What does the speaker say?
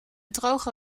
droge